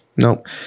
Nope